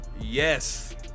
Yes